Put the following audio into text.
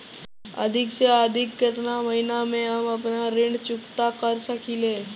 अधिक से अधिक केतना महीना में हम आपन ऋण चुकता कर सकी ले?